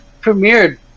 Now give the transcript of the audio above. premiered